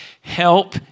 help